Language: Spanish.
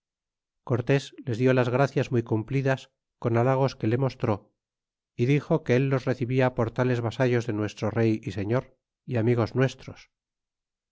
cortés les dió las gracias muy cumplidas con halagos que le mostró y dixo que él los recibia por tales vasallos de nuestro rey y señor y amigos nuestros